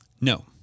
no